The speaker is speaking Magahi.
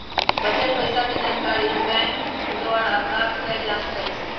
बच्चल पइसाके जानकारी बैंक द्वारा प्राप्त कएल जा सकइ छै